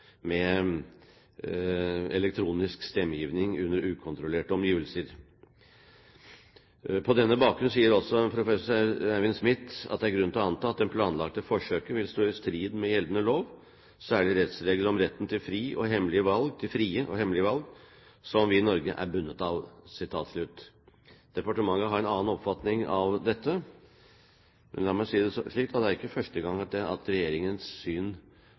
med elektronisk stemmegivning under ukontrollerte omgivelser. «På denne bakgrunn», sier også professor Eivind Smith, «er det grunn til å anta at det planlagte forsøket står i strid med gjeldende lov, særlig rettsregler om retten til frie og hemmelige valg som Norge er bundet av.» Departementet har en annen oppfatning av dette. Men la meg si det slik: Det er ikke første gang at regjeringens syn på viktige rettslige spørsmål blir overprøvd av landets høyeste domstol. Det